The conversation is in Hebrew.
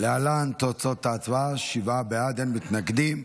להלן תוצאות ההצבעה: שבעה בעד, אין מתנגדים.